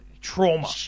trauma